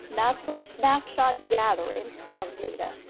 not through snapshot gatherings of data,